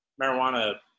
marijuana